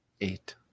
Eight